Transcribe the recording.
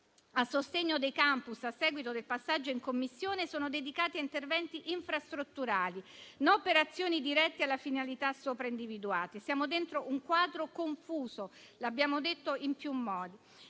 a sostegno dei *campus*, a seguito del passaggio in Commissione, sono dedicati a interventi infrastrutturali, non ad azioni dirette alle finalità sopra individuate. Siamo dentro un quadro confuso e l'abbiamo detto in più modi.